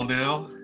now